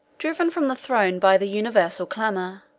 driven from the throne by the universal clamor,